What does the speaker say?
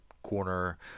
corner